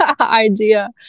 idea